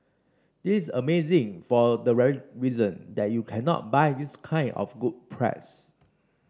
this amazing for the very reason that you cannot buy this kind of good press